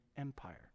Empire